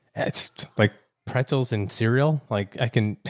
like pretzels and cereal. like i can,